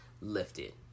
lifted